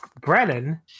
Brennan